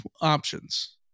options